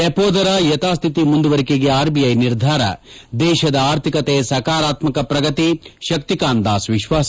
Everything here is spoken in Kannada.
ರೆಪೋ ದರ ಯಥಾಸ್ಥಿತಿ ಮುಂದುವರಿಕೆಗೆ ಆರ್ಬಿಐ ನಿರ್ಧಾರ ದೇಶದ ಆರ್ಥಿಕತೆ ಸಕಾರಾತ್ಸಕ ಪ್ರಗತಿ ಶಕ್ತಿಕಾಂತ್ ದಾಸ್ ವಿಶ್ವಾಸ